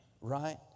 right